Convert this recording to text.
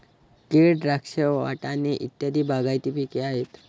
केळ, द्राक्ष, वाटाणे इत्यादी बागायती पिके आहेत